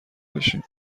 بشیم